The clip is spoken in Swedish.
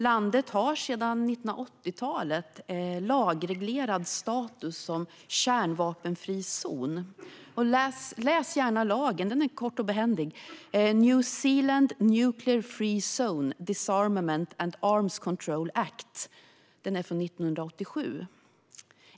Landet har sedan 1980-talet lagreglerad status som kärnvapenfri zon. Läs gärna lagen, som är kort och behändig: New Zealand Nuclear Free Zone, Disarmament, and Arms Control Act från 1987.